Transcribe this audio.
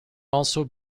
also